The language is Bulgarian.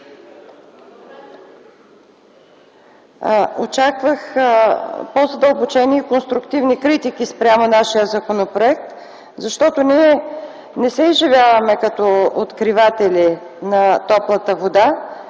очаквах изказвания и конструктивни критики спрямо нашия законопроект, защото ние не се изживяваме като откриватели на топлата вода,